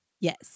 Yes